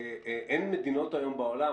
אין מדינות היום בעולם,